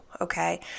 okay